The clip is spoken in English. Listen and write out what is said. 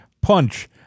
punch